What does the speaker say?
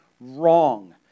wrong